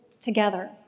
together